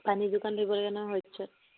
পানী যোগান দিব লাগে নহয় শস্যত